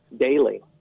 daily